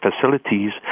facilities